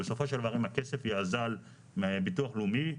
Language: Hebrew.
בסופו של דבר אם הכסף יאזל מביטוח לאומי,